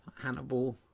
Hannibal